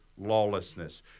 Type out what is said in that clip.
lawlessness